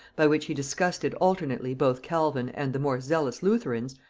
by which he disgusted alternately both calvin and the more zealous lutherans,